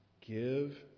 give